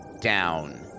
down